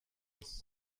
aus